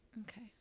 Okay